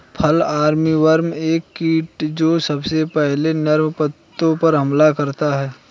fall armyworm एक कीट जो सबसे पहले नर्म पत्तों पर हमला करता है